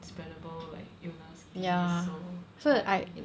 spreadable like illness disease so I